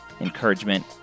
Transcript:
encouragement